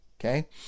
Okay